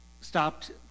stopped